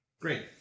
Great